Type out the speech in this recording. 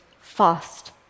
fast